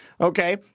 Okay